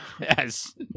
Yes